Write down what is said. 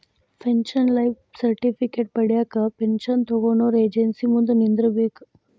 pension life certificate ಪಡ್ಯಾಕ pension ತೊಗೊನೊರ agency ಮುಂದ ನಿಂದ್ರಬೇಕ್